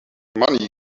money